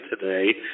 today